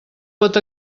pot